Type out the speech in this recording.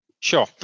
Sure